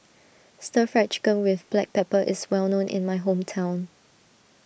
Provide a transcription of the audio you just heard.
Stir Fried Chicken with Black Pepper is well known in my hometown